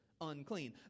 unclean